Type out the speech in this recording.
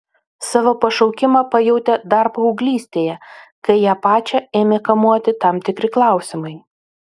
savo pašaukimą pajautė dar paauglystėje kai ją pačią ėmė kamuoti tam tikri klausimai